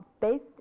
based